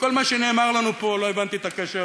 וכל מה שנאמר לנו פה, לא הבנתי את הקשר